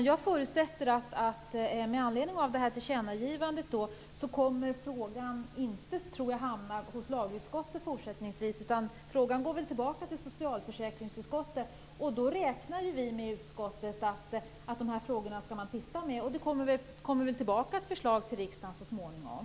Fru talman! Jag förutsätter med anledning av det här tillkännagivandet att frågan inte, tror jag, kommer att hamna hos lagutskottet fortsättningsvis. Frågan går väl tillbaka till socialförsäkringsutskottet. Då räknar vi i utskottet med att man skall titta på de här frågorna. Det kommer väl tillbaka ett förslag till riksdagen så småningom.